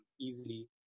easily